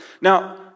Now